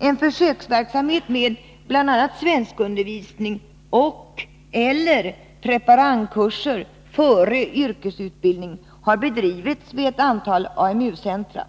En försöksverksamhet med bl.a. svenskundervisning och/eller preparandkurser före yrkesutbildning har bedrivits vid ett antal AMU centra.